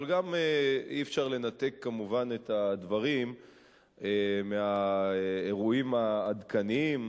אבל גם אי-אפשר לנתק כמובן את הדברים מהאירועים העדכניים.